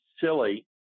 silly